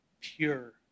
Pure